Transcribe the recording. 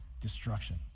destruction